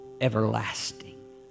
everlasting